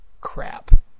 Crap